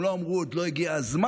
הם לא אמרו שעוד לא הגיע הזמן.